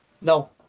No